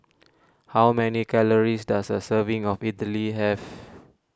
how many calories does a serving of Idili have